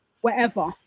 wherever